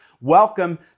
welcome